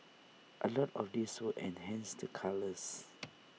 A lot of this we enhanced the colours